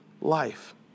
life